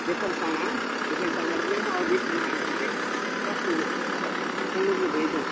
یہ سب سامان اکٹھا کر کے اور بل بنا کر کے سب مجھ کو بھیج دو